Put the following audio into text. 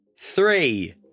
Three